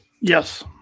Yes